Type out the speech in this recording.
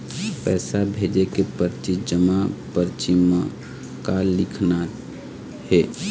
पैसा भेजे के परची जमा परची म का लिखना हे?